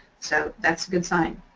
so that's a good sign.